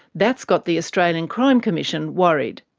that's got the australian crime commission worried.